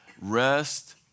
Rest